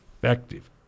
effective